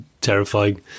terrifying